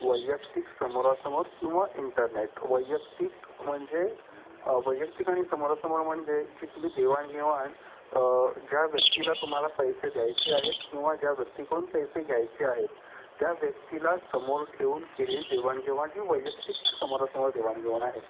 वैयक्तिक समोरासमोर किंवा इंटरनेट वैयक्तिक म्हणजे वैयक्तिक आणि समोरासमोर म्हणजे जी तुम्ही देवाणघेवाण ज्या व्यक्तीला तुम्हाला पैसे द्यायचे आहेत किंवा ज्या व्यक्तीकडून पैसे घ्यायचे आहेत त्या व्यक्तीला समोर ठेवून केलेली देवाणघेवाण ही वैयक्तिक समोरासमोर देवाणघेवण आहे